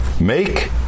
Make